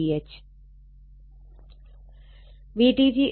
VTH 45